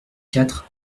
quatre